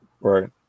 Right